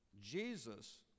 Jesus